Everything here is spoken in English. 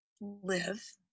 live